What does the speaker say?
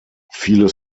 viele